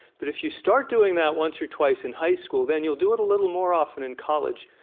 but if you start doing that once or twice in high school, then you'll do it a little more often in college.